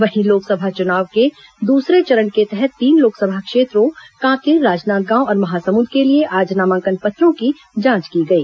वहीं लोकसभा चुनाव के दूसरे चरण के तहत तीन लोकसभा क्षेत्रों कांकेर राजनांदगांव और महासमुंद के लिए आज नामांकन पत्रों की जांच की गई